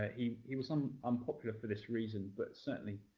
ah he he was um unpopular for this reason. but, certainly,